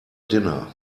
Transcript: dinner